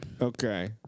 Okay